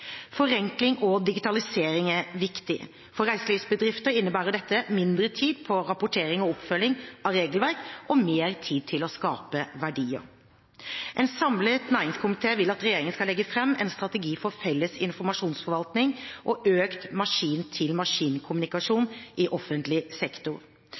Forenkling og digitalisering er viktig. For reiselivsbedrifter innebærer dette mindre tid på rapportering og oppfølging av regelverk og mer tid til å skape verdier. En samlet næringskomité vil at regjeringen skal legge fram en strategi for felles informasjonsforvaltning og økt maskin-til-maskin-kommunikasjon i offentlig sektor.